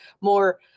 more